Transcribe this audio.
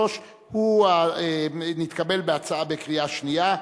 נתקבלה בקריאה שנייה.